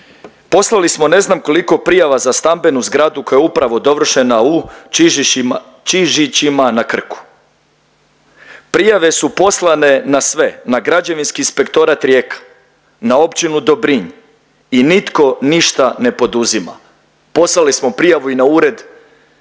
poslali smo ne znam koliko prijava za stambenu zgradu koja je upravo dovršeno u Čižićima na Krku. Prijave su poslane na sve, na Građevinski inspektorat Rijeka, na općinu Dobrinj i nitko ništa ne poduzima. Poslali smo prijavu i na ured